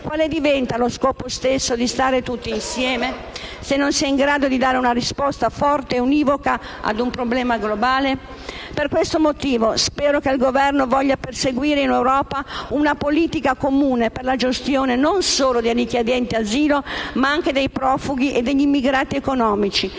quale diventi lo scopo stesso di stare tutti insieme, se non si è in grado di dare una risposta forte e univoca a un problema globale. Per questo motivo, spero che il Governo voglia perseguire in Europa una politica comune per la gestione non solo dei richiedenti asilo, ma anche dei profughi e degli immigrati economici,